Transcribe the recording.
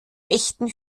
echten